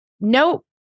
nope